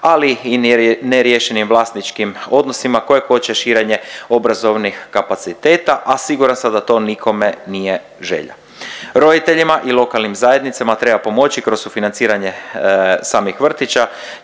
Ali i neriješenim vlasničkim odnosima koje koče širenje obrazovnih kapaciteta, a siguran sam da to nikome nije želja. Roditeljima i lokalnim zajednicama treba pomoći kroz sufinanciranje samih vrtića,